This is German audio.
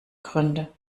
gründe